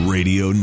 Radio